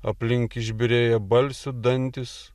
aplink išbyrėję balsių dantys